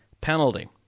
penalty